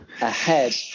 ahead